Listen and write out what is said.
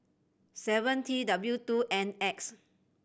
seven T W two N X